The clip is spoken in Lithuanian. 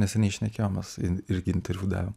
neseniai šnekėjomės irgi interviu davė